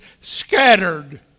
scattered